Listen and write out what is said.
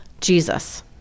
Jesus